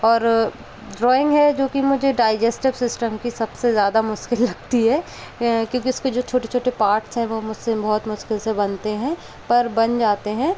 और ड्रॉइंग है जो कि मुझे डाइजेस्टीव सिस्टम की सबसे ज़्यादा मुश्किल लगती है क्योंकि उसके जो छोटे छोटे पार्ट्स हैं वो मुझसे बहुत मुश्किल से बनते हैं पर बन जाते हैं